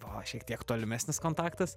buvo šiek tiek tolimesnis kontaktas